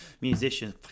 musicians